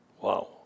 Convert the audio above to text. Wow